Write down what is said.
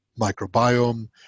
microbiome